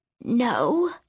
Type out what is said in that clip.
No